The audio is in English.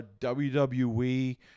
WWE